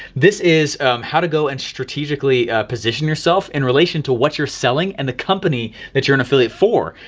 this is how to go and strategically position yourself in relation to what you're selling and the company that you're an affiliate for.